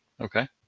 Okay